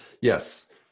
Yes